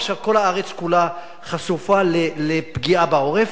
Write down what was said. עכשיו כל הארץ כולה חשופה לפגיעה בעורף.